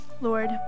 Lord